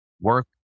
work